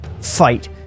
fight